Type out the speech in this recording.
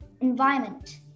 environment